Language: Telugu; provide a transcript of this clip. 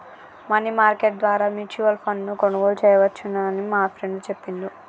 మనీ మార్కెట్ ద్వారా మ్యూచువల్ ఫండ్ను కొనుగోలు చేయవచ్చని మా ఫ్రెండు చెప్పిండు